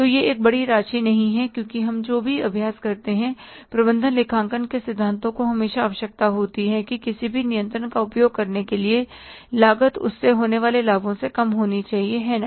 तो यह एक बड़ी राशि नहीं है क्योंकि हम जो भी अभ्यास करते हैं प्रबंधन लेखांकन के सिद्धांतों को हमेशा आवश्यकता होती है कि किसी भी नियंत्रण का उपयोग करने की लागत उससे होने वाले लाभों से कम होनी चाहिए है ना